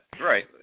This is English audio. right